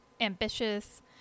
ambitious